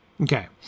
Okay